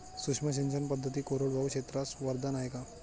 सूक्ष्म सिंचन पद्धती कोरडवाहू क्षेत्रास वरदान आहे का?